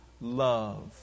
love